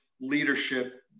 leadership